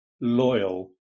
loyal